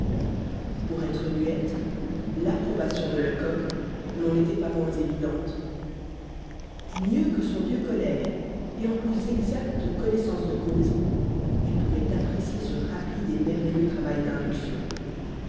pour être muette l'approbation de lecoq n'en était pas moins évidente mieux que son vieux collègue et en plus exacte connaissance de cause il pouvait apprécier ce rapide et merveilleux travail d'induction